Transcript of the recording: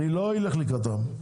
אני לא אלך לקראתם,